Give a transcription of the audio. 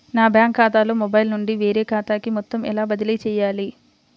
నా బ్యాంక్ ఖాతాలో మొబైల్ నుండి వేరే ఖాతాకి మొత్తం ఎలా బదిలీ చేయాలి?